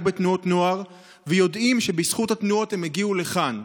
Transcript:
בתנועות נוער ויודעים שבזכות התנועות הם הגיעו לכאן.